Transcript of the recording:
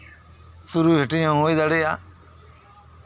ᱛᱩᱨᱩᱭ ᱦᱟᱹᱴᱤᱧ ᱦᱚᱸ ᱦᱩᱭ ᱫᱟᱲᱮᱭᱟᱜᱼᱟ